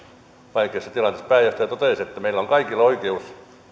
vaikeassa tilanteessa pääjohtaja totesi että meillä on kaikilla oikeus